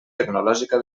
tecnològica